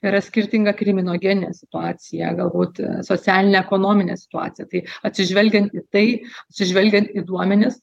yra skirtinga kriminogeninė situacija galbūt socialinė ekonominė situacija tai atsižvelgiant į tai atsižvelgiant į duomenis